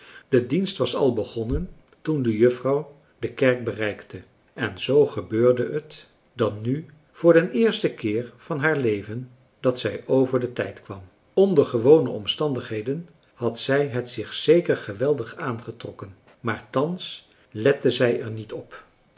de dienst was al begonnen toen de juffrouw de kerk bereikte en zoo gebeurde het dan nu voor den eersten keer van haar leven dat zij over den tijd kwam onder gewone omstandigheden had zij het zich zeker geweldig aangetrokken maar thans lette zij er niet op